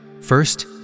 First